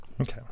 okay